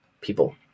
people